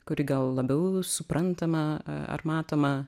kuri gal labiau suprantama ar matoma